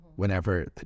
Whenever